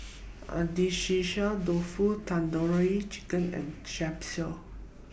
Agedashi Dofu Tandoori Chicken and Japchae